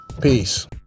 Peace